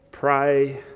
Pray